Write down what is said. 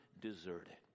deserted